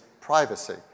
privacy